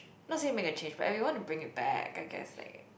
not say make a change but if you wanna bring it back I guess like